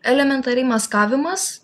elementariai maskavimas